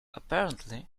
apparently